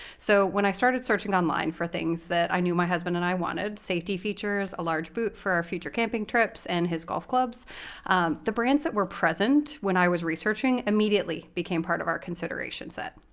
so when i started searching online for things that i knew my husband and i wanted safety features, a large boot for our future camping trips and his golf clubs the brands that were present when i was researching immediately became part of our consideration set.